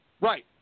Right